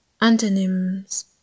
antonyms